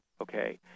Okay